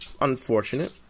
unfortunate